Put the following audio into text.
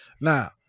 now